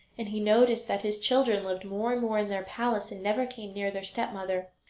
and he noticed that his children lived more and more in their palace and never came near their stepmother.